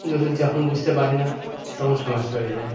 যতো যখন বুঝতে পারি না তখন সমস্যা হয়ে যায়